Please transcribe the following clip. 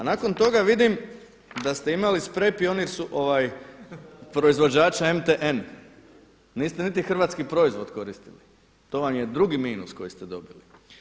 A nakon toga vidim da ste imali sprej pionirskog proizvođača MTN niste niti hrvatski proizvod koristili, to vam je drugi minus koji ste dobili.